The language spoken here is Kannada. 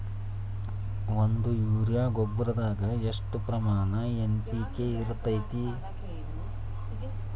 ಒಂದು ಯೂರಿಯಾ ಗೊಬ್ಬರದಾಗ್ ಎಷ್ಟ ಪ್ರಮಾಣ ಎನ್.ಪಿ.ಕೆ ಇರತೇತಿ?